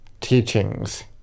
teachings